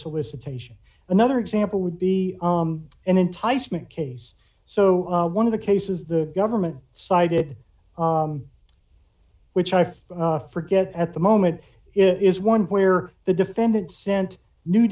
solicitation another example would be an enticement case so one of the cases the government cited which i forget at the moment is one where the defendant sent new